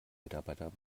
mitarbeiter